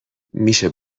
میشه